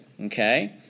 Okay